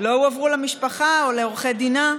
לא הועברו למשפחה או לעורכי דינה.